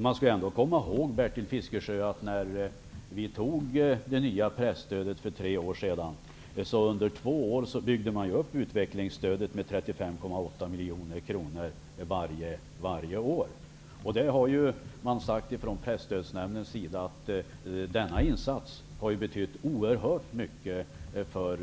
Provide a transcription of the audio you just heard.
Man skall ändå komma ihåg, Bertil Fiskesjö, att sedan vi fattade beslut om det nya presstödet för tre år sedan byggde man under två år upp utvecklingsstödet med 35,8 milj.kr. varje år. Presstödsnämnden har sagt att denna insats har betytt oerhört mycket för